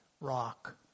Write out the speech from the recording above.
rock